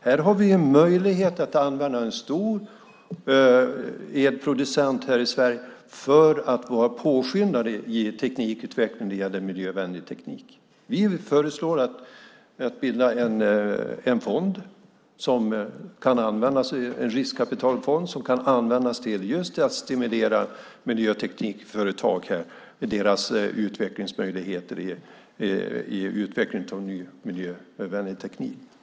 Här har vi möjlighet att använda en stor elproducent i Sverige för att påskynda teknikutvecklingen när det gäller miljövänlig teknik. Vi föreslår att man ska bilda en riskkapitalfond som kan användas just för att stimulera miljöteknikföretag i fråga om deras utvecklingsmöjligheter när det gäller ny miljövänlig teknik.